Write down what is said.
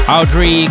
Audrey